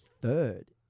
third